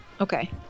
okay